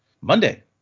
Monday